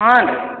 ಹಾಂ ರೀ